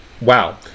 Wow